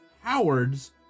Howard's